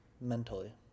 mentally